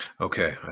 Okay